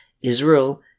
Israel